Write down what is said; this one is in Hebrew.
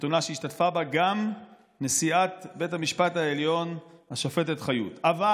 חתונה שהשתתפה בה גם נשיאת בית המשפט העליון השופטת חיות אבל,